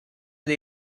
dei